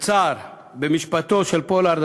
בצער שבמשפטו של פולארד,